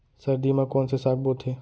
सर्दी मा कोन से साग बोथे?